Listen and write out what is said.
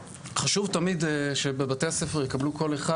אומרת, אין מצב שכולם לומדים בבית ספר ממלכתי.